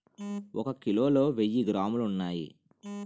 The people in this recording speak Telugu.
ఒక కిలోలో వెయ్యి గ్రాములు ఉన్నాయి